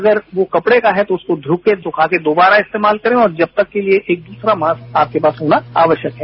अगर वो कपड़े का है तो उसे धोकर सुखाकर दोबारा इस्तेमाल करें और जब तक के लिए एक दूसरा मास्क आपके पास होना आवश्यक है